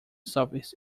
southeast